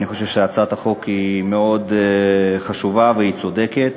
אני חושב שהצעת החוק מאוד חשובה וצודקת.